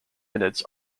minutes